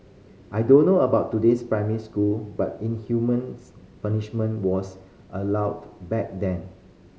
I don't know about today's primary school but inhumane punishment was allowed back then